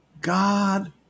God